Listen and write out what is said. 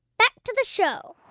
back to the show